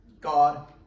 God